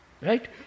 Right